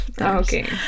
okay